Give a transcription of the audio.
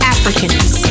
Africans